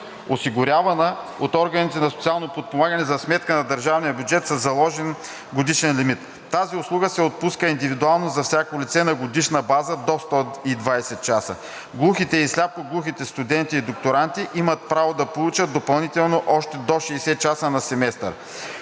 осигурявана от органите за социално подпомагане за сметка на държавния бюджет със заложен годишен лимит. Тази услуга се отпуска индивидуално за всяко лице на годишна база до 120 часа. Глухите и сляпо-глухите студенти и докторанти имат право да получат допълнително още до 60 часа на семестър.